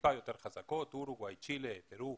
טיפה יותר חזקות, אורוגואי, צ'ילה, פרו,